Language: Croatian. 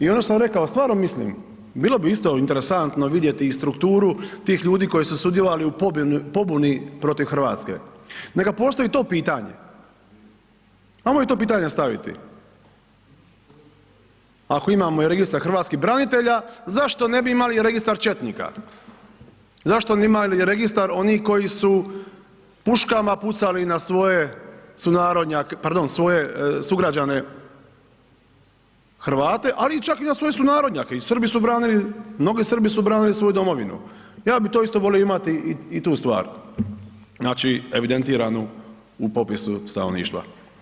I ono što sam rekao, stvarno mislim, bilo bi isto interesantno vidjeti i strukturu tih ljudi koji su sudjelovali u pobuni protiv RH, dakle postoji to pitanje, ajmo i to pitanje staviti, ako imamo i Registar hrvatskih branitelja, zašto ne bi imali i Registar četnika, zašto ne bi imali registar, oni koji su puškama pucali na svoje sunarodnjake, pardon svoje sugrađane Hrvate, ali i čak na svoje sunarodnjake i Srbi su branili, mnogi Srbi su branili svoju domovinu, ja bi to isto volio imati i tu stvar znači evidentiranu u popisu stanovništva.